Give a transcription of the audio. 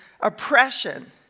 oppression